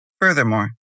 Furthermore